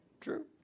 True